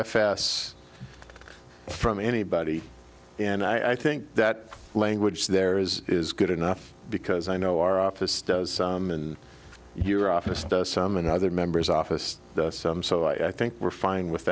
f s from anybody and i think that language there is is good enough because i know our office does in your office some and other members office some so i think we're fine with